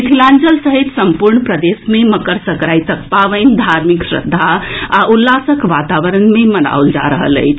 मिथिलांचल सहित सम्पूर्ण प्रदेश मे मकर संकरातिक पावनि धार्मिक श्रद्धा आ उल्लासक वातावरण मे मनाओल जा रहल अछि